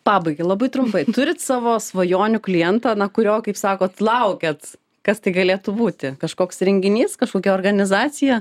pabaigai labai trumpai turit savo svajonių klientą na kurio kaip sakot laukiat kas tai galėtų būti kažkoks renginys kažkokia organizacija